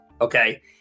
okay